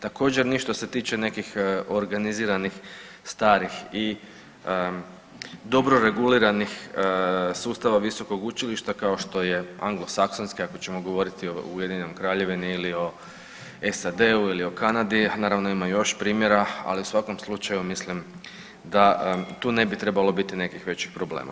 Također ni što se tiče nekih organiziranih, starih i dobro reguliranih sustava visokog učilišta kao što je Anglosaksonski ako ćemo govoriti o Ujedinjenoj Kraljevini ili o SAD-u ili o Kanadu, naravno ima još primjera, ali u svakom slučaju mislim da tu ne bi trebalo biti nekih većih problema.